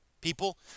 people